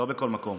לא בכל מקום.